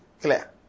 clear